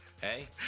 Hey